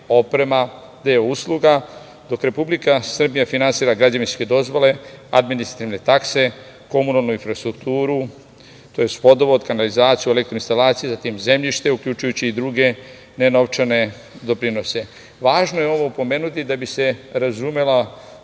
oprema, deo usluga, dok Republika Srbija finansira građevinske dozvole, administrativne takse, komunalnu infrastrukturu tj. vodovod, kanalizaciju, elektro instalacije, zatim zemljište, uključujući i druge nenovčane doprinose. Važno je ovo napomenuti da bi se razumela